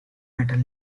metal